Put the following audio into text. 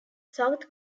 south